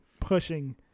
pushing